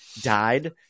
died